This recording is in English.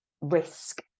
risk